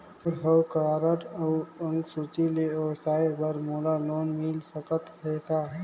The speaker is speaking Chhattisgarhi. मोर हव कारड अउ अंक सूची ले व्यवसाय बर मोला लोन मिल सकत हे का?